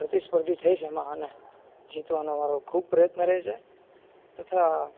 પ્રતિસ્પર્ધી થઈશ એમાં અને જીતવાનો મારો ખૂબ પ્રયત્ન રહે છે તથા